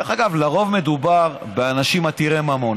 דרך אגב, לרוב מדובר באנשים עתירי ממון.